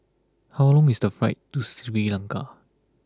how long is the flight to Sri Lanka